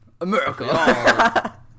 America